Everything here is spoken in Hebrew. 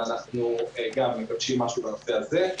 ואנחנו גם מגבשים משהו בנושא הזה.